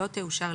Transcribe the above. לא תאושר,